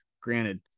granted